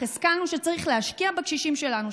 השכלנו שצריך להשקיע בקשישים שלנו,